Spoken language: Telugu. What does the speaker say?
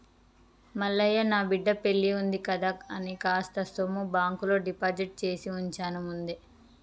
మల్లయ్య నా బిడ్డ పెల్లివుంది కదా అని కాస్త సొమ్ము బాంకులో డిపాజిట్ చేసివుంచాను ముందే